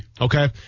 Okay